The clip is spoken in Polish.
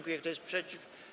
Kto jest przeciw?